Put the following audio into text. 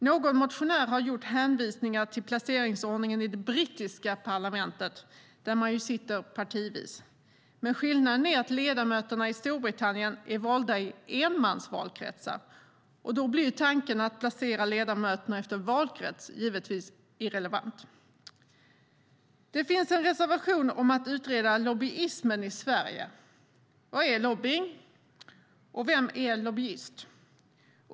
Någon motionär har gjort hänvisningar till placeringsordningen i det brittiska parlamentet, där man ju sitter partivis. Men skillnaden är att ledamöterna i Storbritannien är valda i enmansvalkretsar, och då blir tanken att placera ledamöterna efter valkrets givetvis irrelevant. Det finns en reservation om att utreda lobbyismen i Sverige. Vad är lobbying? Och vem är lobbyist?